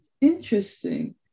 Interesting